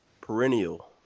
perennial